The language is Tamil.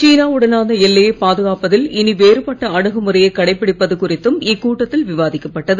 சீனா உடனான எல்லையை பாதுகாப்பதில் இனி வேறுபட்ட அணுகுமுறையை கடைபிடிப்பது குறித்தும் இக்கூட்டத்தில் விவாதிக்கப் பட்டது